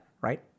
right